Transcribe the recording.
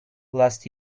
last